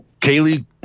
Kaylee